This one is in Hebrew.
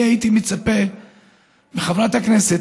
אני הייתי מצפה מחברת הכנסת,